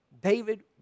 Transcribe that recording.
David